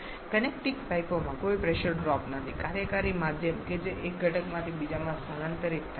connecting પાઈપોમાં કોઈ pressure drop નથી કાર્યકારી માધ્યમ કે જે એક ઘટકમાંથી બીજામાં સ્થાનાંતરિત થાય છે